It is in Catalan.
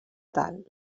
tal